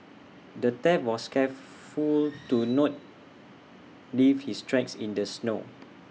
the thief was careful to not leave his tracks in the snow